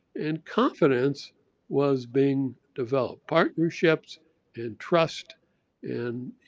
and confidence was being developed. partnerships and trust and,